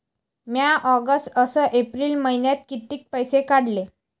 म्या ऑगस्ट अस एप्रिल मइन्यात कितीक पैसे काढले?